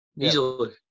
easily